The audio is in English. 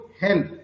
help